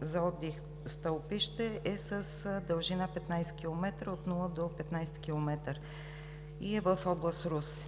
за отдих Стълпище е с дължина 15 км – от км 0 до км 15, и е в Област Русе.